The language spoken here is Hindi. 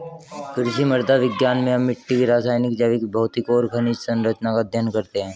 कृषि मृदा विज्ञान में हम मिट्टी की रासायनिक, जैविक, भौतिक और खनिज सरंचना का अध्ययन करते हैं